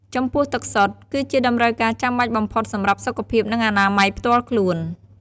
ចំពោះទឹកសុទ្ធ គឺជាតម្រូវការចាំបាច់បំផុតសម្រាប់សុខភាព និងអនាម័យផ្ទាល់ខ្លួន។